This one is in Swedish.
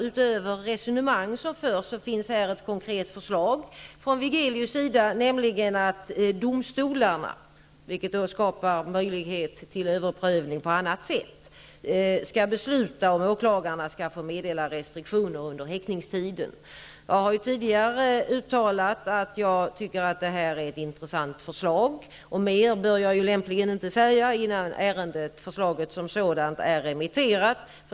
Utöver de resonemang som förs finns här ett konkret förslag från Wigelius sida, nämligen att domstolarna skall besluta om åklagarna skall få meddela restriktioner under häktningstiden. Detta skapar möjlighet till överprövning på annat sätt. Jag har tidigare uttalat att jag tycker att detta är ett intressant förslag. Mer bör jag lämpligen inte säga innan förslaget har gått på remiss.